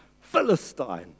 Philistine